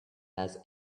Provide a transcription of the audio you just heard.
has